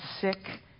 sick